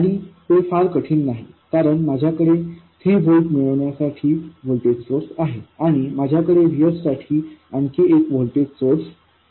आणि ते फार कठीण नाही कारण माझ्याकडे 3 व्होल्ट मिळविण्यासाठी व्होल्टेज सोर्स आहे आणि माझ्याकडे VS साठी आणखी एक व्होल्टेज सोर्स आहे